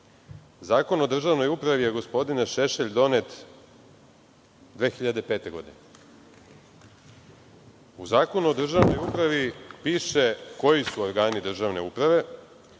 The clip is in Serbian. Zakon o državnoj upravi je, gospodine Šešelj, donet 2005. godine. U Zakonu o državnoj upravi piše koji su organi državne uprave,